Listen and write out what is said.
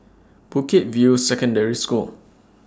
Bukit View Secondary School